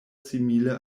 simile